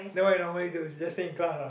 then what you normally do just sit in class ah